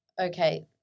okay